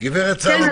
גב' סלומון.